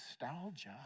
nostalgia